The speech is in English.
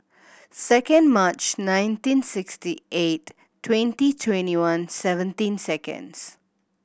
second March nineteen sixty eight twenty twenty one seventeen seconds